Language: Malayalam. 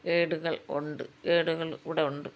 ഗൈഡുകൾ ഉണ്ട് ഗൈഡുകൾ ഇവിടെ ഉണ്ട്